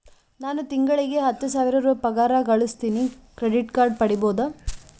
ನಾನು ತಿಂಗಳಿಗೆ ಹತ್ತು ಸಾವಿರ ಪಗಾರ ಗಳಸತಿನಿ ಕ್ರೆಡಿಟ್ ಕಾರ್ಡ್ ಪಡಿಬಹುದಾ?